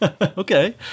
okay